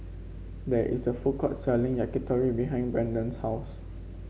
there is a food court selling Yakitori behind Brandon's house